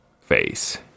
face